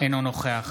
אינו נוכח